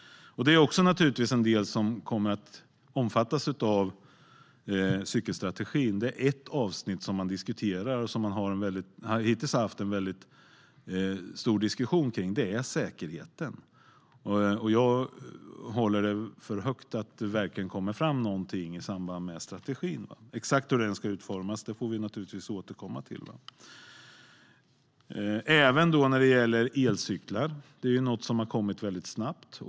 Det är naturligtvis också en del som kommer att omfattas av cykelstrategin. Det är ett avsnitt som man diskuterar. Hittills har man haft en väldigt stor diskussion kring säkerheten. Jag håller det för troligt att det verkligen kommer fram någonting i samband med strategin. Exakt hur den ska utformas får vi återkomma till. Sedan gäller det elcyklar. Det är något som har kommit väldigt snabbt.